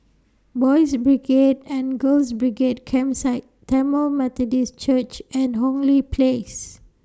Boys' Brigade and Girls' Brigade Campsite Tamil Methodist Church and Hong Lee Place